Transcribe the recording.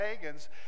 pagans